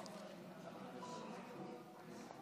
עד שלוש דקות.